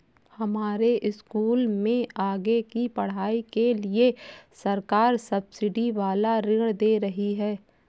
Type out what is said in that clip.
हमारे स्कूल में आगे की पढ़ाई के लिए सरकार सब्सिडी वाला ऋण दे रही है